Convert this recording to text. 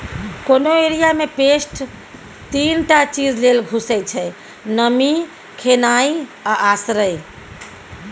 कोनो एरिया मे पेस्ट तीन टा चीज लेल घुसय छै नमी, खेनाइ आ आश्रय